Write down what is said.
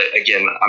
again